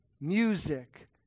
music